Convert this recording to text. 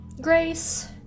grace